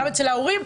גם אצל ההורים,